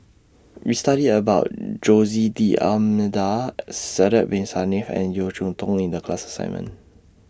We studied about Jose D'almeida Sidek Bin Saniff and Yeo Cheow Tong in The class assignment